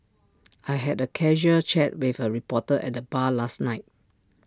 I had A casual chat with A reporter at the bar last night